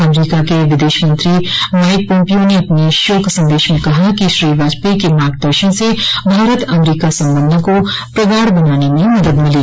अमरीका के विदेश मंत्री माइक पोम्पियो ने अपने शोक संदेश में कहा है कि श्री वाजपेयी के मार्ग दर्शन से भारत अमरीका संबंधों को प्रगाढ बनाने में मदद मिली